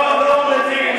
לא, לא מבין.